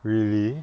really